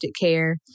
care